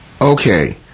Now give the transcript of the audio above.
Okay